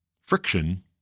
friction